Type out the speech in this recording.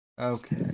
Okay